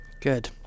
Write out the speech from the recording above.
Good